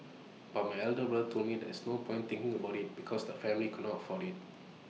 but my elder brother told me there was no point thinking about IT because the family could not afford IT